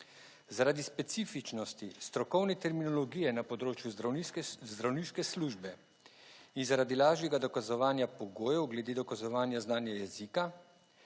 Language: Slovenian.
Zaradi specifičnosti strokovne terminologije na področju zdravniške službe in zaradi lažjega dokazovanja pogojev glede dokazovanja znanja jezika